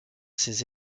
ces